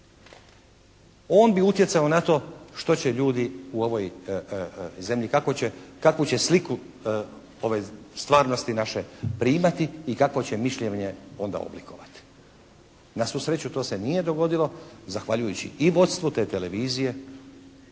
On bi utjecao na to što će ljudi u ovoj zemlji, kako će, kakvu će sliku ove stvarnosti naše primati i kakvo će mišljenje onda oblikovati. Na svu sreću to se nije dogodilo, zahvaljujući i vodstvu te televizije